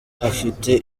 hafite